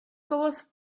dollars